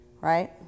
right